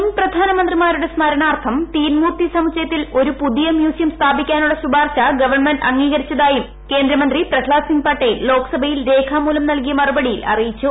മുൻ പ്രധാനമന്ത്രിമാരുടെ സ്മരണാർത്ഥം തീൻ മൂർത്തി സമുച്ചയത്തിൽ ഒരു പുതിയ മ്യൂസിയം സ്ഥാപിക്കാനുള്ള ശുപാർശ ഗവൺമെന്റ് അംഗീകരിച്ചതായും കേന്ദ്രമന്ത്രി പ്രഹ്ളാദ് സിംഗ് പട്ടേൽ ലോക്സഭയിൽ രേഖാമൂലം നൽകിയ മറുപടിയിൽ അറിയിച്ചു